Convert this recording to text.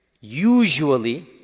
Usually